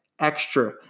extra